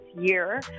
year